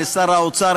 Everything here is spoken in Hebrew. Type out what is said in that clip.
לשר האוצר,